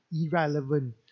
irrelevant